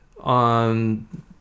on